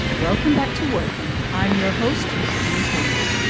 welcome back to working. i'm your host. june thomas.